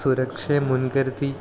സുരക്ഷയേ മുൻകരുതി